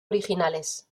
originales